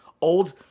Old